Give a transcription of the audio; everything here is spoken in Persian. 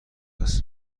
است